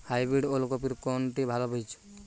Hybrid ওল কপির কোনটি ভালো বীজ?